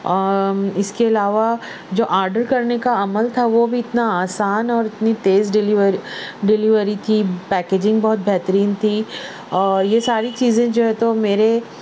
اس کے علاوہ جو آڈر کرنے کا عمل تھا وہ بھی اتنا آسان اور اتنی تیز ڈلیور ڈلیوری کی پیکجنگ بہت بہترین تھی اور یہ ساری چیزیں جو ہے تو میرے